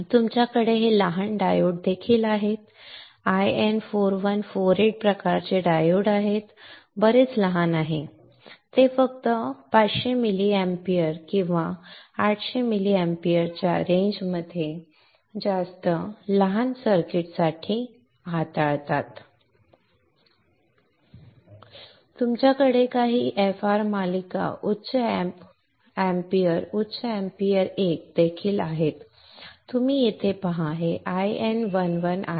आपल्या कडे हे लहान डायोड देखील आहेत हे 1N4148 प्रकारचे डायोड आहेत बरेच लहान आहेत ते फक्त 500 milliamps किंवा 800 milliamps च्या रेंजमध्ये जास्त लहान सर्किट्ससाठी हाताळतात आपल्या कडे काही FR मालिका उच्च amps उच्च amps 1 देखील आहेत येथे पहा हे 1N11 आहे